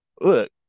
Look